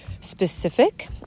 specific